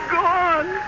gone